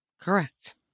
Correct